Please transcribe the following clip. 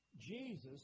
Jesus